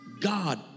God